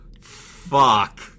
Fuck